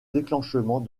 déclenchement